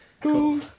cool